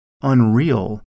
unreal